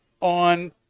on